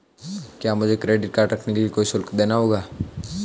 क्या मुझे credit card रखने के लिए कोई शुल्क देना होगा?